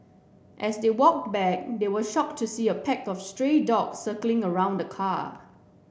as they walk back they were shocked to see a pack of stray dogs circling around the car